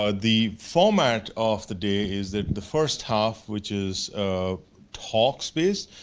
ah the format of the day is that the first half, which is talkspace,